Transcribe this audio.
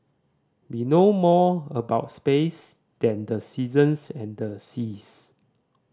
we know more about space than the seasons and the seas